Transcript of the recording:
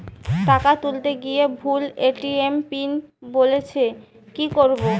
টাকা তুলতে গিয়ে ভুল এ.টি.এম পিন বলছে কি করবো?